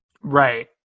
Right